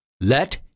let